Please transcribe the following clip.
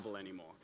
anymore